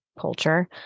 culture